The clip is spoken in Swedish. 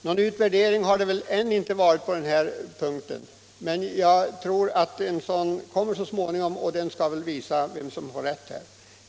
Någon utvärdering har väl ännu inte gjorts, men jag tror att en sådan kommer så småningom. Den skall väl visa vem som har rätt.